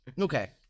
Okay